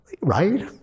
Right